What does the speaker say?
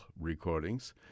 recordings